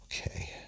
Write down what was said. Okay